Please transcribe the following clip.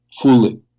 fully